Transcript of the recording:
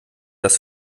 das